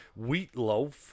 Wheatloaf